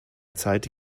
zeit